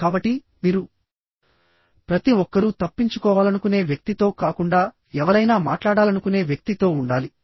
కాబట్టి మీరు ప్రతి ఒక్కరూ తప్పించుకోవాలనుకునే వ్యక్తితో కాకుండా ఎవరైనా మాట్లాడాలనుకునే వ్యక్తితో ఉండాలి